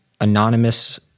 anonymous